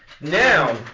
Now